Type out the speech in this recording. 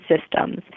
systems